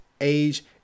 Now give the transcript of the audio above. age